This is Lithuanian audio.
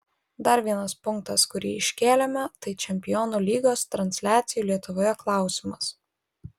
dar vienas punktas kurį iškėlėme tai čempionų lygos transliacijų lietuvoje klausimas